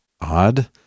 Odd